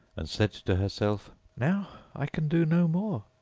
and said to herself now i can do no more,